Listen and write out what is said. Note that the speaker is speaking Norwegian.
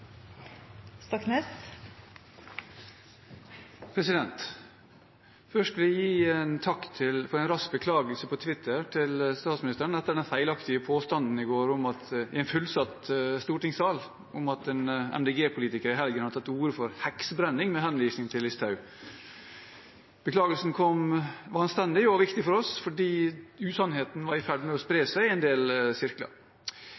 Først vil jeg gi statsministeren en takk for en rask beklagelse på Twitter, etter den feilaktige påstanden i går i en fullsatt stortingssal om at en MDG-politiker i helgen hadde tatt til orde for heksebrenning, med henvisning til Listhaug. Beklagelsen var anstendig og viktig for oss, for usannheten var i ferd med å